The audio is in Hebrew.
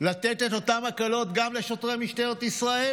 לתת את אותן הקלות גם לשוטרי משטרת ישראל,